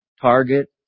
target